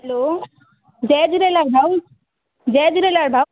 hello जय झूलेलाल भाऊ जय झूलेलाल भाऊ